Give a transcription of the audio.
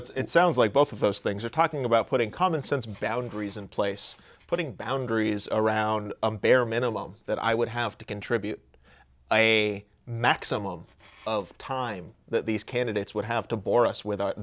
so it's sounds like both of those things are talking about putting commonsense boundaries in place putting boundaries around a bare minimum that i would have to contribute a maximum of time that these candidates would have to bore us with